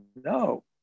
no